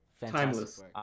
Timeless